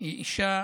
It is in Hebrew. היא אישה